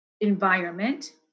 environment